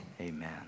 Amen